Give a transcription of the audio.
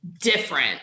different